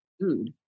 food